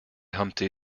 humpty